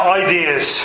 ideas